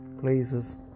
places